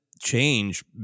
change